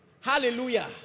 Hallelujah